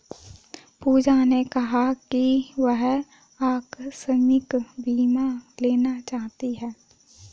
पूजा ने कहा कि वह आकस्मिक बीमा लेना चाहती है